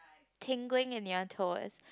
tingling in your toes